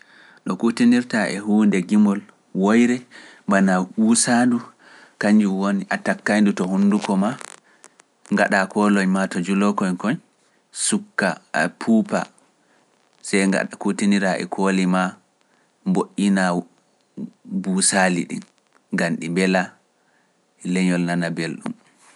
Kutinirta e huunde gimol woyre bana wuusaandu kañum woni a takkayndu to hunduko ma ngaɗa kooloñ ma to njulokoñ koñ sukka puupa sey ngaɗa kutinira e kooli ma mbo'ina buusaali ɗin gam ɗi mbela leñol nana belɗum